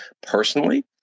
Personally